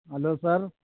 hello sir